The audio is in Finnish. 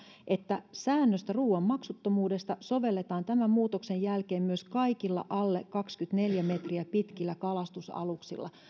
että säännöstä ruuan maksuttomuudesta sovelletaan tämän muutoksen jälkeen myös kaikilla alle kaksikymmentäneljä metriä pitkillä kalastusaluksilla